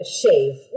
shave